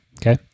Okay